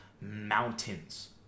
mountains